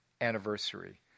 anniversary